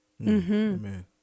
Amen